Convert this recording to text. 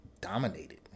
dominated